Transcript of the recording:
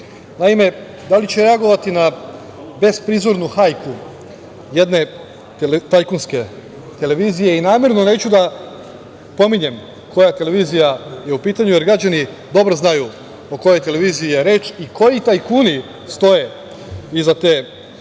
Naime, da li će reagovati na besprizornu hajku jedne tajkunske televizije i namerno neću da pominjem koja televizija je u pitanju, jer građani dobro znaju o kojoj televiziji je reč i koji tajkuni stoje iza te televizije,